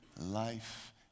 life